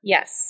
Yes